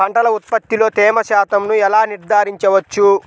పంటల ఉత్పత్తిలో తేమ శాతంను ఎలా నిర్ధారించవచ్చు?